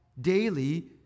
daily